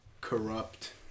corrupt